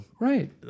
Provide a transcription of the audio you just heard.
right